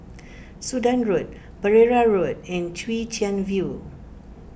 Sudan Road Pereira Road and Chwee Chian View